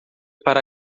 para